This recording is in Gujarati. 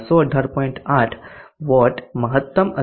8 વોટ મહત્તમ અથવા 0